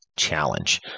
challenge